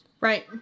Right